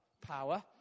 power